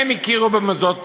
הם הכירו במוסדות פטור.